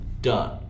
done